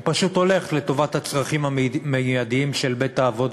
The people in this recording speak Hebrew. הוא פשוט הולך לטובת הצרכים המיידיים של בית-האבות,